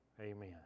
Amen